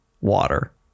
water